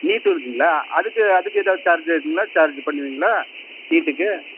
நீட்டும் இருக்குங்களா அதுக்கு அதுக்கு எதாவது சார்ஜு இருக்குங்களா சார்ஜு பண்ணுவிங்களா நீட்டுக்கு